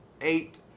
Eight